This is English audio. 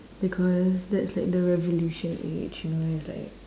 because that's like the revolution age you know it's like